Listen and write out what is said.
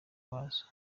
wazo